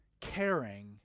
caring